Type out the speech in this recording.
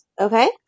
Okay